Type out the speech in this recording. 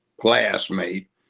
classmate